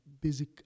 basic